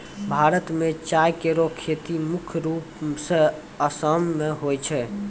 भारत म चाय केरो खेती मुख्य रूप सें आसाम मे होय छै